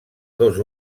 dos